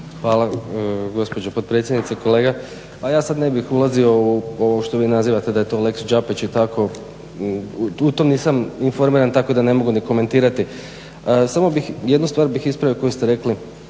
Hvala gospođo potpredsjednice. Kolega, ja sada ne bih ulazio u ovo što vi nazivate da je to lex Đapić u to nisam informiram tako da ne mogu ni komentirati. Samo bih jednu stvar ispravio koju ste rekli,